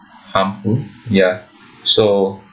harmful ya so